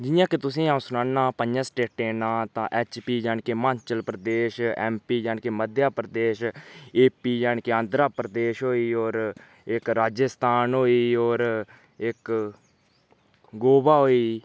जि'यां कि तुसेंगी अ'ऊं सनानां पंजे स्टेटें दे नांऽ तां एचपी जानि कि हिमाचल प्रदेश एमपी जानि कि मध्यप्रदेश एपी जानि कि आंध्राप्रदेश होई होर इक राज्यस्थान होई होर इक गोवा होई